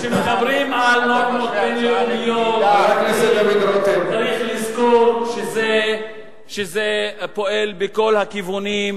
כאשר מדברים על נורמות בין-לאומיות צריך לזכור שזה פועל בכל הכיוונים.